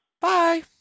Bye